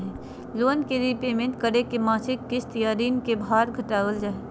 loan के prepayment करके मासिक किस्त या ऋण के भार घटावल जा हय